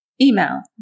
email